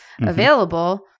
available